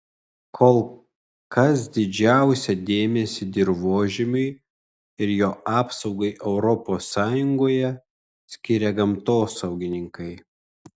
kol kas didžiausią dėmesį dirvožemiui ir jo apsaugai europos sąjungoje skiria gamtosaugininkai